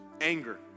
Anger